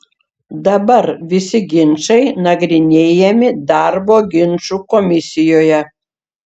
dabar visi ginčai nagrinėjami darbo ginčų komisijoje